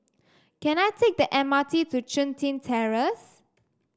can I take the M R T to Chun Tin Terrace